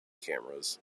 cameras